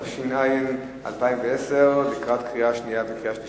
התש"ע 2010, קריאה שנייה וקריאה שלישית.